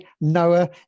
Noah